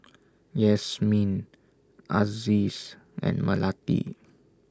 Yasmin Aziz and Melati